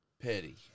Petty